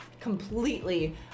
completely